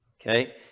Okay